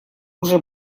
уже